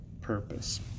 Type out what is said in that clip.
purpose